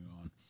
on